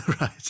Right